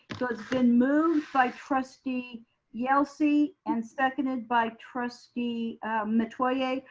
so it's been moved by trustee yelsey and seconded by trustee metoyer.